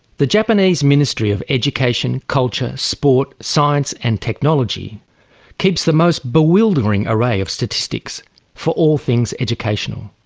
the japanese ministry of education, culture, sport, science and technology keeps the most bewildering array of statistics for all things educational.